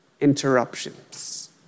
interruptions